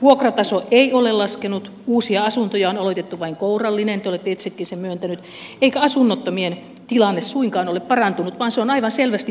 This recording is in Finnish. vuokrataso ei ole laskenut uusia asuntoja on alettu rakentaa vain kourallinen te olette itsekin sen myöntänyt eikä asunnottomien tilanne suinkaan ole parantunut vaan se on aivan selvästi huonontunut